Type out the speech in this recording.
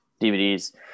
DVDs